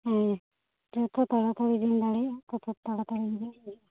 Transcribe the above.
ᱦᱮᱸ ᱡᱚᱛᱚ ᱛᱟᱲᱟ ᱛᱟᱹᱲᱤᱢ ᱫᱟᱲᱮᱭᱟᱜᱼᱟ ᱛᱚᱛᱚ ᱛᱟᱲᱟ ᱛᱟᱹᱲᱤ ᱦᱤᱡᱩᱜ ᱵᱮᱱ